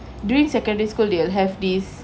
during secondary school they'll have this